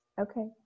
Okay